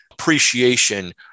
appreciation